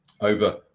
over